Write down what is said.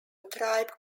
tribe